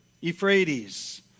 euphrates